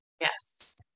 Yes